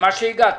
למה שהגעתם.